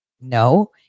No